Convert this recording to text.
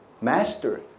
Master